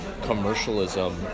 commercialism